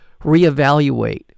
reevaluate